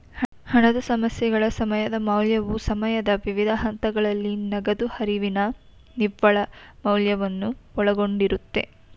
ಹಣದ ಸಮಸ್ಯೆಗಳ ಸಮಯದ ಮೌಲ್ಯವು ಸಮಯದ ವಿವಿಧ ಹಂತಗಳಲ್ಲಿ ನಗದು ಹರಿವಿನ ನಿವ್ವಳ ಮೌಲ್ಯವನ್ನು ಒಳಗೊಂಡಿರುತ್ತೆ